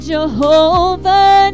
Jehovah